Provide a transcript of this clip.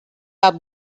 are